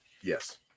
Yes